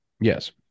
Yes